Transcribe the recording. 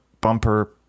bumper